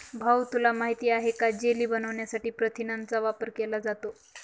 भाऊ तुला माहित आहे का जेली बनवण्यासाठी प्रथिनांचा वापर केला जातो